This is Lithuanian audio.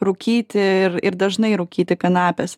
rūkyti ir ir dažnai rūkyti kanapes